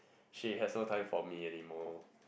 she has no time for me anymore